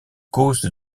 cause